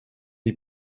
die